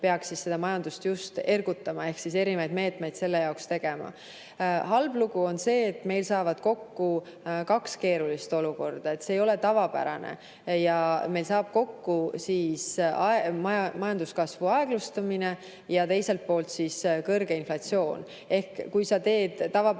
peaks majandust ergutama ehk erinevaid meetmeid selle jaoks tegema. Halb lugu on see, et meil saavad kokku kaks keerulist olukorda. See ei ole tavapärane. Meil saavad kokku majanduskasvu aeglustumine ja teiselt poolt kõrge inflatsioon. Ehk kui sa teed tavapäraseid